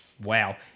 Wow